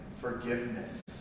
forgiveness